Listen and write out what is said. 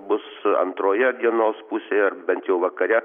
bus antroje dienos pusėj ar bent jau vakare